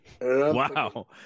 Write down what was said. Wow